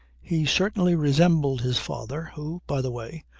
he certainly resembled his father, who, by the way,